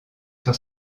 sur